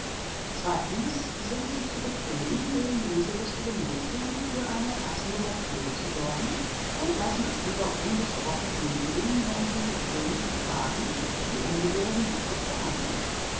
zweitens sind sie zu bequem dem leselustigen mädchen für eine passende lectüre zu sorgen und lassen es lieber unbesprochen hingehen wenn sie ohne zu fragen die ungehörigen bücher zur hand nimmt